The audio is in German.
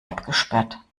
abgesperrt